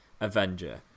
avenger